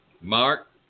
Mark